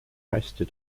hästi